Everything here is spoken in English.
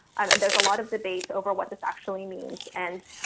um and there's a lot of debate over what this actually means. and you